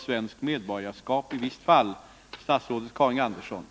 Jag tror att mycket kan göras på det området.